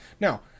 Now